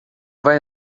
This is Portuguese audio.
vai